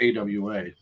AWA